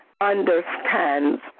understands